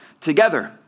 together